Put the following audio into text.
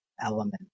element